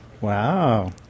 Wow